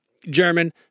German